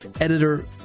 Editor-